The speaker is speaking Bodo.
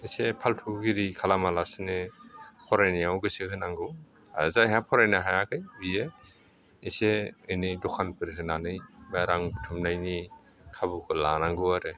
एसे फाल्थुगिरि खालामालासिनो फरायनायाव गोसो होनांगौ आरो जायहा फरायनो हायाखै बियो एसे एनै दखानफोर होनानै बा रां बुथुमनायनि खाबुखौ लानांगौ आरोखि